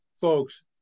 folks